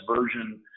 version